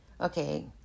Okay